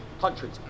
countries